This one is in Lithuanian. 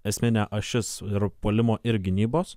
esminė ašis ir puolimo ir gynybos